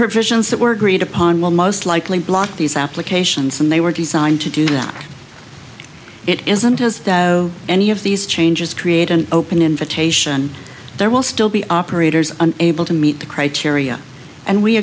provisions that were agreed upon will most likely block these applications and they were designed to do that it isn't as though any of these changes create an open invitation there will still be operators and able to meet the criteria and we